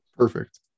Perfect